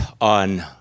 on